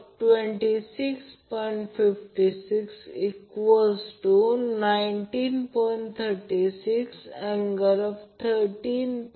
ती single one line म्हणजे single line one line voltage one line voltage म्हणजे एक कनेक्टेड सोर्स दिलेला आहे